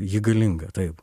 ji galinga taip